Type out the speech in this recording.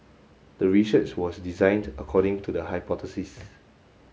the research was designed according to the hypothesis